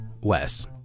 Wes